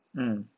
mm